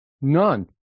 None